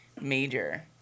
major